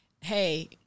Hey